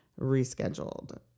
rescheduled